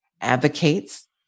advocates